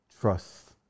trust